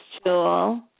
school